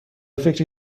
فکر